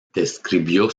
describió